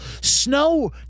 Snow